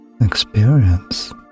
experience